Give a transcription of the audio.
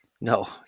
No